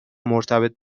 مرتبط